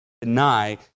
deny